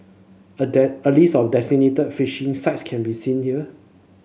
a die a list of designated fishing sites can be seen here